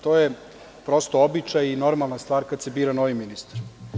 To je prosto običaj i normalna stvar kada se bira novi ministar.